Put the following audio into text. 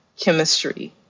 chemistry